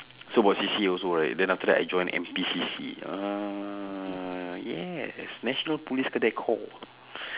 so what C_C_A also right then after that I join N_P_C_C ah yes national police cadet corps